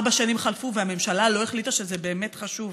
ארבע שנים חלפו והממשלה לא החליטה שזה באמת חשוב.